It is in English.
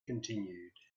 continued